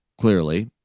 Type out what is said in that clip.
clearly